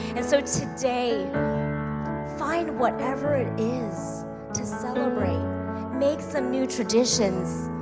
and so today find whatever it is to celebrate make some new traditions,